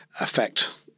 affect